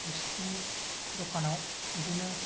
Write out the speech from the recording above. बिसिनि दखानाव बिदिनो